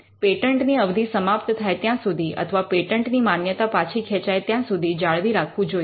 patent ની અવધિ સમાપ્ત થાય ત્યાં સુધી અથવા પેટન્ટની માન્યતા પાછી ખેંચાય ત્યાં સુધી જાળવી રાખવું જોઈએ